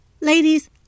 ladies